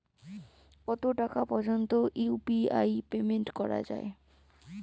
কত টাকা পর্যন্ত ইউ.পি.আই পেমেন্ট করা যায়?